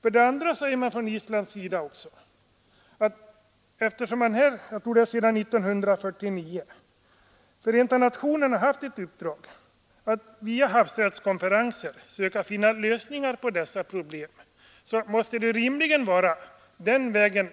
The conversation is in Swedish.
Vidare hävdar man från isländsk sida att eftersom Förenta nationerna — jag tror det är sedan 1949 — haft ett uppdrag att genom havsrättskonferenser finna lösningar på dessa problem, måste man rimligen gå fram den vägen.